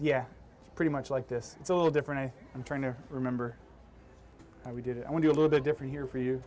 yeah pretty much like this it's a little different i think i'm trying to remember how we did it i want to a little bit different here for you